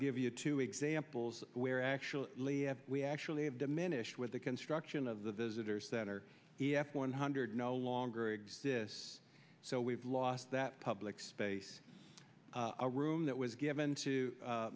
give you two examples where actually we actually have diminished with the construction of the visitor's center e f one hundred no longer exists so we've lost that public space a room that was given to